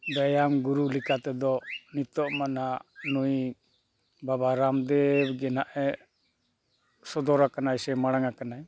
ᱵᱮᱭᱟᱢ ᱜᱩᱨᱩ ᱞᱮᱠᱟ ᱛᱮᱫᱚ ᱱᱤᱛᱚᱜᱼᱢᱟ ᱱᱟᱦᱟᱜ ᱱᱩᱭ ᱵᱟᱵᱟ ᱨᱮᱢᱫᱮᱵᱽ ᱜᱮ ᱱᱟᱦᱟᱜᱼᱮ ᱥᱚᱫᱚᱨ ᱟᱠᱟᱱᱟᱭ ᱥᱮ ᱢᱟᱲᱟᱝ ᱟᱠᱟᱱᱟᱭ